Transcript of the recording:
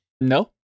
No